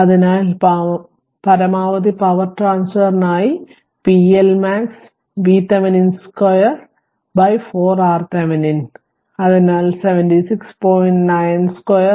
അതിനാൽ പരമാവധി പവർ ട്രാൻസ്ഫറിനായി pLmax VThevenin 2 4 RThevenin അതിനാൽ 76